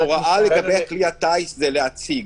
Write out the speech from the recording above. ההוראה לגבי כלי הטיס הוא להציג.